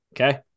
Okay